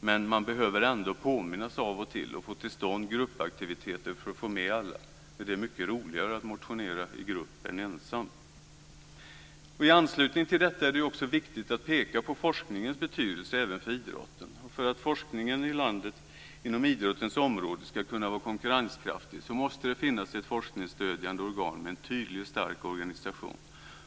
men vi behöver ändå påminnas av och till och få till stånd gruppaktiviteter för att få med alla, eftersom det är mycket roligare att motionera i grupp än ensam. I anslutning till detta är det ju också viktigt att peka på forskningens betydelse även för idrotten. För att forskningen i landet inom idrottens område ska kunna vara konkurrenskraftig måste det finnas ett forskningsstödjande organ med en tydlig och stark organisation.